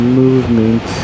movement